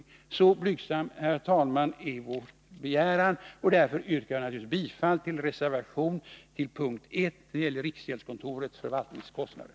Så blygsam är vår begäran, herr talman, och därför yrkar jag bifall till reservationen under punkt 1 som gäller riksgäldskontorets förvaltningskostnader.